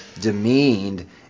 demeaned